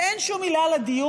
שאין בו שום עילה לדיון,